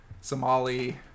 Somali